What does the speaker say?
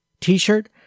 t-shirt